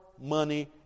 money